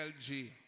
LG